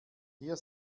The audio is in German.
hier